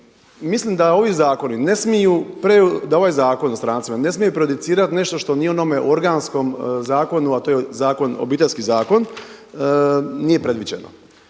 smiju, da ovaj Zakon o strancima ne smije prejudicirati nešto što nije u onome organskom zakonu a to je Obiteljski zakon nije predviđeno.